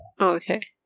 Okay